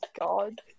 God